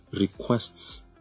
requests